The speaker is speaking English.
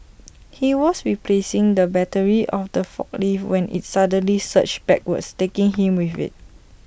he was replacing the battery of the forklift when IT suddenly surged backwards taking him with IT